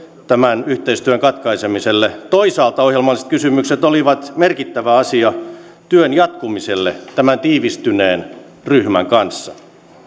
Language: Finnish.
tämän yhteistyön katkaisemiselle toisaalta ohjelmalliset kysymykset olivat merkittävä asia työn jatkumiselle tämän tiivistyneen ryhmän kanssa